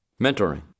Mentoring